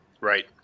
Right